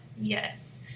Yes